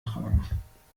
tragen